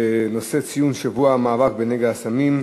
בנושא ציון שבוע המאבק בנגע הסמים,